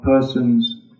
persons